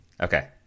Okay